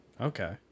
Okay